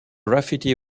graffiti